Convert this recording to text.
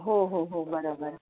हो हो हो बरोबर